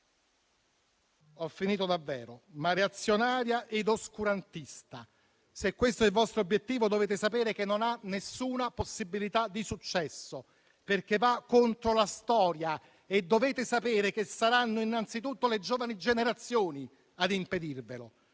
...ma reazionaria ed oscurantista. Se questo è il vostro obiettivo, dovete sapere che non ha nessuna possibilità di successo. Tutto questo infatti va contro la storia e dovete sapere che saranno innanzitutto le giovani generazioni a impedirvelo,